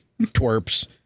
twerps